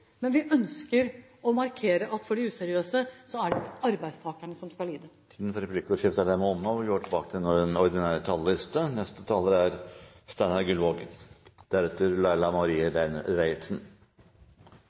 Men vi ønsker å markere at når det gjelder de useriøse, er det ikke arbeidstakerne som skal lide. Replikkordskiftet er dermed omme.